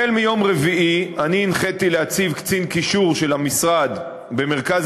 החל מיום רביעי אני הנחיתי להציב קצין קישור של המשרד במרכז